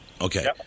Okay